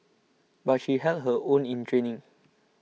but she held her own in training